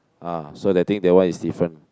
ah so they think that one is different